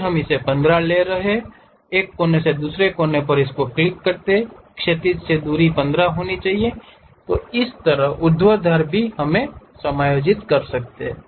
फिर हम 15 ले एक कोने से दूसरे कोने पर क्लिक करते हैं क्षैतिज दूरी 15 होनी चाहिए इसी तरह ऊर्ध्वाधर भी हम इसे समायोजित कर सकते हैं